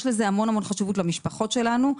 יש לזה המון חשיבות למשפחות שלנו.